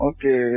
Okay